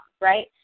right